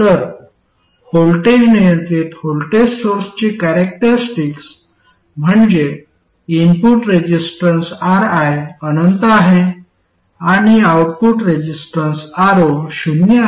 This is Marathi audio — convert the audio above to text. तर व्होल्टेज नियंत्रित व्होल्टेज सोर्सचे कॅरॅक्टरिस्टिक्स म्हणजे इनपुट रेसिस्टन्स Ri अनंत आहे आणि आउटपुट रेसिस्टन्स Ro शून्य आहे